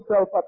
up